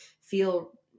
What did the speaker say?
feel